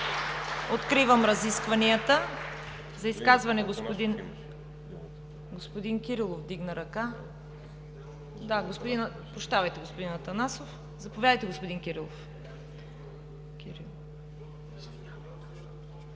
Откривам разискванията. За изказване – господин Кирилов.